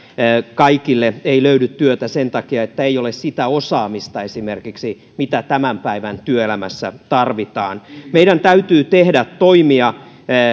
kaikille ei löydy työtä sen takia että ei esimerkiksi ole sitä osaamista mitä tämän päivän työelämässä tarvitaan meidän täytyy tehdä toimia